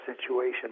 situation